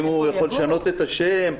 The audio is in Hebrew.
אם הוא יכול לשנות את השם.